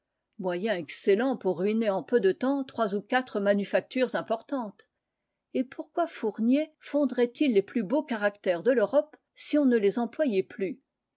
moyen excellent pour ruiner en peu de temps trois ou quatre manufactures importantes et pourquoi fournier fondrait il les plus beaux caractères de l'europe si on ne les employait plus